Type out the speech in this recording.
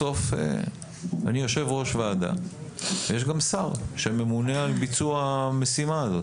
בסוף אני יושב ראש ועדה ויש גם שר שממונה על ביצוע המשימה הזאת.